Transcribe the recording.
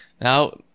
Now